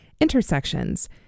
Intersections